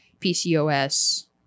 PCOS